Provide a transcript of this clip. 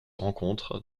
rencontre